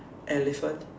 elephant